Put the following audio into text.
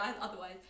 otherwise